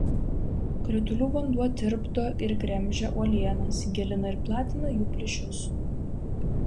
kritulių vanduo tirpdo ir gremžia uolienas gilina ir platina jų plyšius